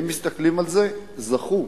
ואם מסתכלים על זה, זכו.